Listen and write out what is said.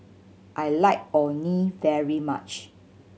I like Orh Nee very much